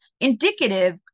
indicative